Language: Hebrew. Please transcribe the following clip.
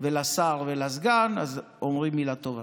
ולשר ולסגן אז אומרים מילה טובה.